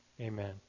Amen